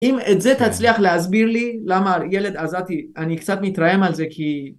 אם את זה תצליח להסביר לי למה ילד עזתי אני קצת מתרעם על זה כי